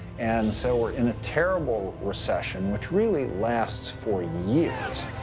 and so we're in a terrible recession which really lasts for years.